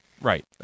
Right